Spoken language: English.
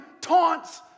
taunts